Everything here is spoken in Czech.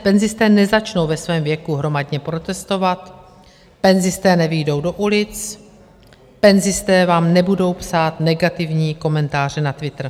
Penzisté nezačnou ve svém věku hromadně protestovat, penzisté nevyjdou do ulic, penzisté vám nebudou psát negativní komentáře na twitter.